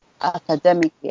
academically